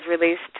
released